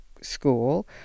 school